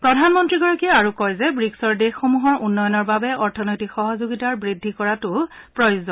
প্ৰধানমন্ত্ৰীগৰাকীয়ে আৰু কয় যে ৱিকছৰ দেশসমূহৰ উন্নয়নৰ বাবে অৰ্থনৈতিক সহযোগিতা বৃদ্ধি কৰাতো প্ৰয়োজন